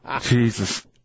Jesus